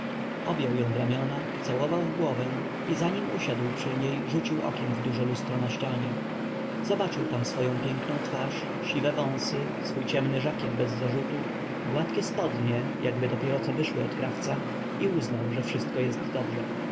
objął ją w ramiona ucałował w głowę i za nim usiadł przy niej rzucił okiem w duże lustro na ścianie zobaczył tam swoję piękną twarz siwe wąsy swój ciemny żakiet bez zarzutu gładkie spodnie jakby dopieroco wyszły od krawca i uznał że wszystko jest dobrze